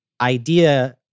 idea